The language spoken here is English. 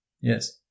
Yes